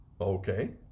okay